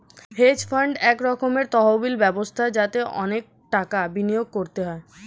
hedge fund এক রকমের তহবিল ব্যবস্থা যাতে অনেক টাকা বিনিয়োগ করতে হয়